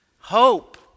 hope